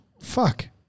Fuck